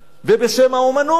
ובשם האמנות,